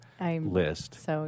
list